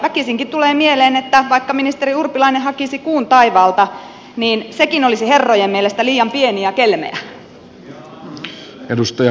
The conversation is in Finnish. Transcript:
väkisinkin tulee mieleen että vaikka ministeri urpilainen hakisi kuun taivaalta niin sekin olisi herrojen mielestä liian pieni ja kelmeä